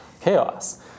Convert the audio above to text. chaos